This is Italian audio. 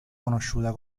conosciuta